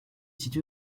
située